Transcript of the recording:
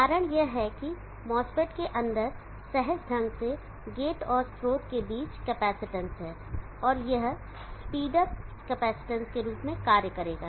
कारण यह है कि MOSFET के अंदर सहज ढंग से गेट और स्रोत के बीच कैपेसिटेंस है और यह एक स्पीड अप सर्किट के रूप में कार्य करेगा